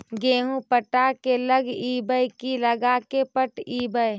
गेहूं पटा के लगइबै की लगा के पटइबै?